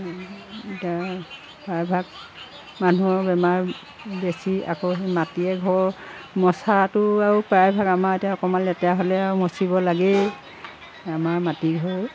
এতিয়া প্ৰায়ভাগ মানুহৰ বেমাৰ বেছি আকৌ সেই মাটিৰে ঘৰ মচাটো আৰু প্ৰায়ভাগ আমাৰ এতিয়া অকণমান লেতেৰা হ'লে আৰু মচিব লাগেই আমাৰ মাটি ঘৰেই